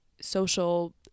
social